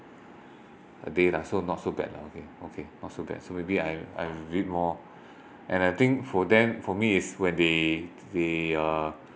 a day lah so not so bad lah okay okay not so bad so maybe I I read more and I think for them for me is when they they uh